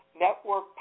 Network